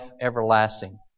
everlasting